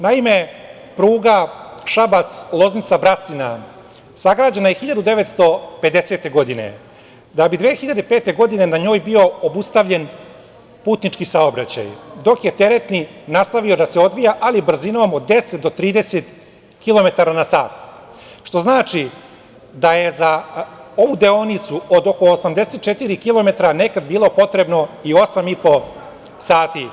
Naime, pruga Šabac-Loznica-Brasina sagrađena je 1950. godine, da bi 2005. godine na njoj bio obustavljen putnički saobraćaj, dok je teretni nastavio da se odvija, ali brzinom od 10 do 30 kilometara na sat, što znači da je za ovu deonicu od oko 84 kilometara nekad bilo potrebno i 8,5 sati.